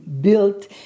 built